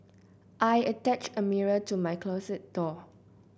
I attached a mirror to my closet door